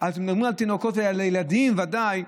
אנחנו מדברים על תינוקות ועל הילדים, ודאי,